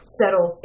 settle